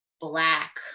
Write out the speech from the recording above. black